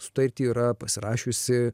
sutartį yra pasirašiusi